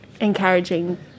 encouraging